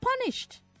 punished